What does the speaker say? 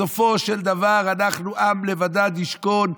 בסופו של דבר אנחנו "עם לבדד יִשְׁכֹּן",